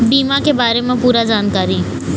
बीमा के बारे म पूरा जानकारी?